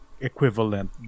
equivalent